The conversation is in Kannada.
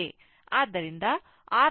ಆದ್ದರಿಂದ RThevenin 1 4 KΩ ಆಗಿದೆ